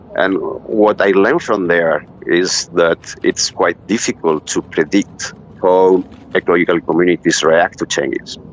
and what i learn from there is that it's quite difficult to predict how ecological communities react to changes.